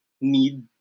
need